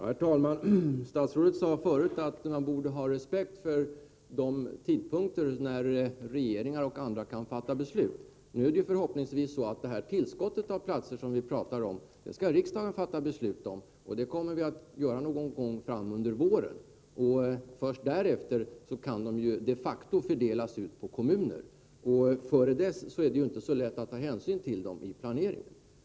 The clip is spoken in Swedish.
Herr talman! Statsrådet sade förut att man borde ha respekt för de tidpunkter när regeringar och andra kan fatta beslut. Nu är det förhoppningsvis så att riksdagen skall fatta beslut om det tillskott av platser som vi talar om; det kommer vi att göra någon gång i vår. Först därefter kan det de facto fördelas på kommuner. Dessförinnan är det inte så lätt att ta hänsyn till dessa platser i planeringen.